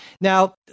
Now